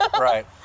Right